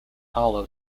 hollow